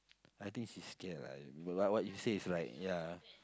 I think she scared lah ya like what you say is right ya